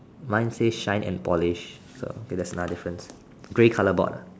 mine says shine and polish so okay that's another difference grey color board ah